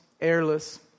airless